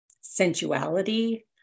sensuality